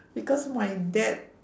because my dad